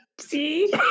See